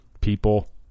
people